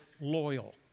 loyal